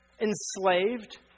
enslaved